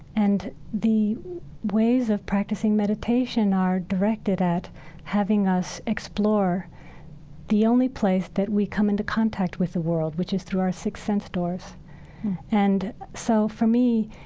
and the ways of practicing meditation are directed at having us explore the only place that we come into contact with the world, which is through our six sense doors and so, for me,